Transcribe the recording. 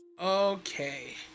Okay